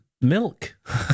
Milk